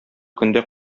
көндә